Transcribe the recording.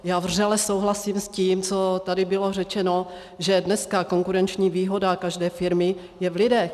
Já vřele souhlasím s tím, co tady bylo řečeno, že dneska konkurenční výhoda každé firmy je v lidech.